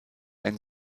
ein